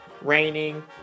raining